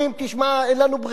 הקואליציה תתפרק לנו.